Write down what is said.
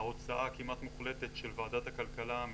הוצאה כמעט מוחלטת של ועדת הכלכלה.